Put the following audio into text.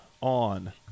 on